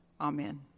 amen